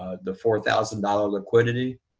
ah the four thousand dollars liquidity,